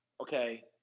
okay